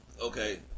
Okay